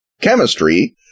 chemistry